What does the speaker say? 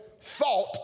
thought